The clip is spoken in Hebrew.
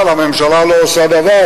אבל הממשלה לא עושה דבר,